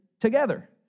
together